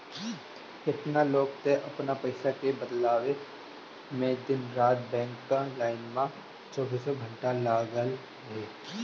केतना लोग तअ अपनी पईसा के बदलवावे में दिन रात बैंक कअ लाइन में चौबीसों घंटा लागल रहे